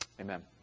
Amen